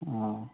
ꯑꯥ